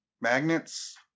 magnets